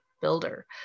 builder